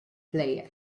player